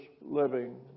living